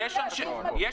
עוד פעם,